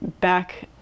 back